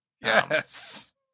Yes